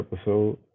episode